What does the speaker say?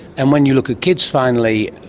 and when you look at kids finally,